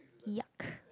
yuck